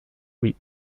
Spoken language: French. oui